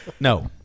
No